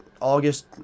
August